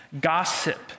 gossip